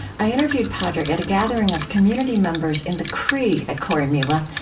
i interviewed padraig at a gathering of community members in the croi at corrymeela,